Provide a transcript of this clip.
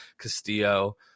Castillo